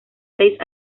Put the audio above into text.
seis